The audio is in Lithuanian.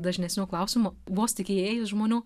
dažnesnių klausimų vos tik įėjus žmonių